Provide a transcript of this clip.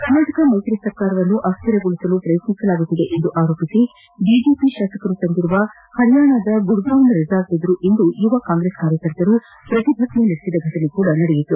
ಕರ್ನಾಟಕ ಮೈತ್ರಿ ಸರ್ಕಾರವನ್ನು ಅಸ್ಟಿರಗೊಳಿಸಲು ಪ್ರಯತ್ನಿಸಲಾಗುತ್ತಿದೆ ಎಂದು ಆರೋಪಿಸಿ ಬಿಜೆಪಿ ಶಾಸಕರು ತಂಗಿರುವ ಪರ್ಯಾಣದ ಗುರುಗಾಂವ್ನ ರೆಸಾರ್ಟ್ ಎದುರು ಇಂದು ಯುವ ಕಾಂಗ್ರೆಸ್ ಕಾರ್ಯಕರ್ತರು ಪ್ರತಿಭಟನೆ ನಡೆಸಿದ್ದಾರೆ